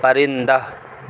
پرندہ